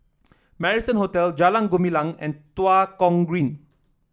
Marrison Hotel Jalan Gumilang and Tua Kong Green